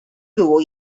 było